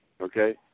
okay